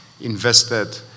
invested